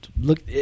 look